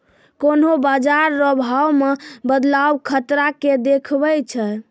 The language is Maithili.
कोन्हों बाजार रो भाव मे बदलाव खतरा के देखबै छै